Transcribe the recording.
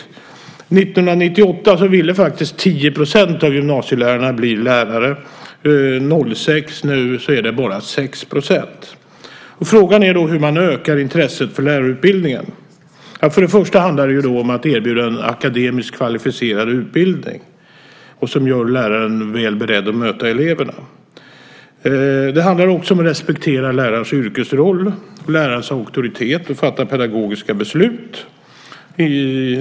År 1998 ville faktiskt 10 % av gymnasieeleverna bli lärare. Nu, år 2006, är det bara 6 % som vill det. Frågan är hur man ökar intresset för lärarutbildningen. För det första handlar det om att erbjuda en akademisk kvalificerad utbildning som gör läraren väl beredd att möta eleverna. För det andra handlar det om att respektera lärarens yrkesroll, om lärarens auktoritet och om att fatta pedagogiska beslut.